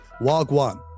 Wagwan